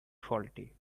faulty